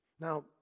Now